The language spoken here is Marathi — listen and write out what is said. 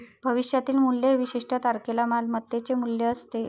भविष्यातील मूल्य हे विशिष्ट तारखेला मालमत्तेचे मूल्य असते